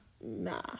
nah